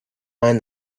mind